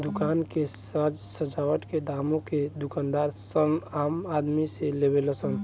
दुकान के साज सजावट के दामो के दूकानदार सन आम आदमी से लेवे ला सन